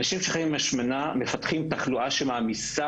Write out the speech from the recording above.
אנשים שחיים עם השמנה מפתחים תחלואה שמעמיסה